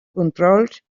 controls